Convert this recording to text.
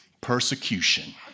Persecution